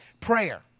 prayer